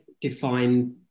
define